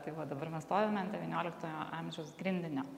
tai va dabar mes stovime ant devynioliktojo amžiaus grindinio